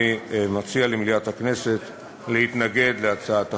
אני מציע למליאת הכנסת להתנגד להצעת החוק.